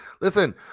Listen